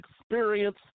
experience